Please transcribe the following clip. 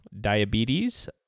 diabetes